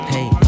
Hey